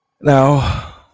Now